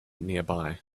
nearby